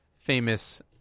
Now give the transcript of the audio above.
famous